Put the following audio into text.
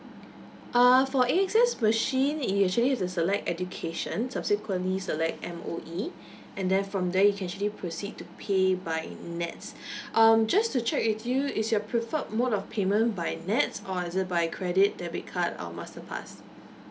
err for A_X_S machine you actually have to select education subsequently select M_O_E and then from there you can actually proceed to pay by NETS um just to check with you is your preferred mode of payment by NETS or is it by credit debit card or masterpass